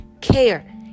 care